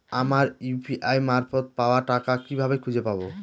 আমার ইউ.পি.আই মারফত পাওয়া টাকা কিভাবে খুঁজে পাব?